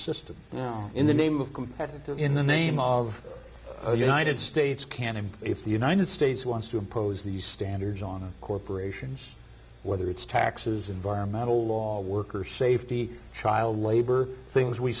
system now in the name of competitive in the name of the united states canada if the united states wants to impose these standards on corporations whether it's taxes environmental law worker safety child labor things we